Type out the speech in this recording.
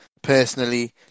personally